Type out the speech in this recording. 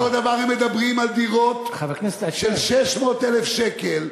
כך הם מדברים על דירות של 600,000 שקל.